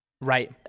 Right